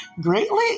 greatly